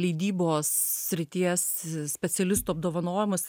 leidybos srities specialistų apdovanojimus